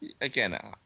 again